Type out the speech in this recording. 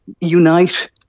unite